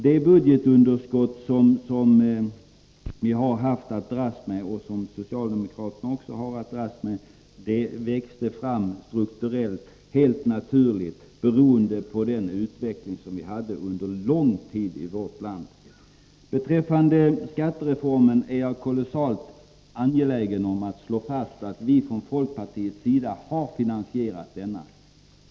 Det budgetunderskott som vi har haft att dras med, och som socialdemokraterna också har att dras med, växte fram strukturellt helt naturligt beroende på den utveckling som vi hade under lång tid i vårt land. Beträffande skattereformen är jag kolossalt angelägen om att slå fast att vi från folkpartiets sida har finansierat denna.